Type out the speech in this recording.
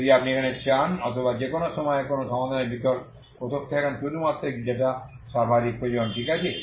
যদি আপনি এখানে চান অথবা যেকোনো সময়ে কোন সমাধানের ভিতরে কোন তথ্য এখানে শুধুমাত্র একটি ডেটা সর্বাধিক প্রয়োজন ঠিক আছে